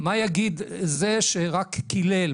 מה יגיד זה שרק קילל?